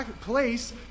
place